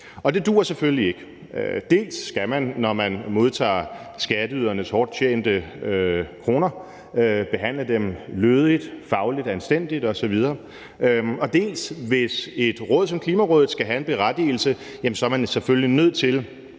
Det dur selvfølgelig ikke. Dels skal man, når man modtager skatteydernes hårdt tjente kroner, behandle dem lødigt, fagligt anstændigt osv., og dels er man, hvis et råd som Klimarådet skal have en berettigelse, selvfølgelig nødt til